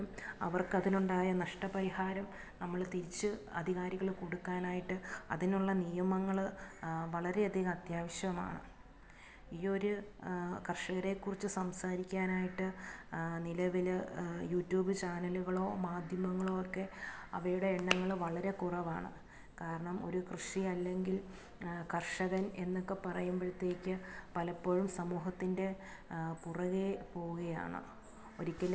അവർക്ക് അതിനുണ്ടായ നഷ്ടപരിഹാരം നമ്മൾ തിരിച്ച് അധികാരികൾ കൊടുക്കാനായിട്ട് അതിനുള്ള നിയമങ്ങൾ വളരെയധികം അത്യാവശ്യമാണ് ഈ ഒരു കർഷകരെക്കുറിച്ച് സംസാരിക്കാനായിട്ട് നിലവിൽ യൂട്യൂബ് ചാനലുകളൊ മാധ്യമങ്ങളോ ഒക്കെ അവയുടെ എണ്ണങ്ങൾ വളരെ കുറവാണ് കാരണം ഒരു കൃഷി അല്ലെങ്കിൽ കർഷകൻ എന്നൊക്കെ പറയുമ്പോഴത്തേക്ക് പലപ്പോഴും സമൂഹത്തിന്റെ പുറകെ പോവുകയാണ് ഒരിക്കലും